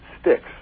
sticks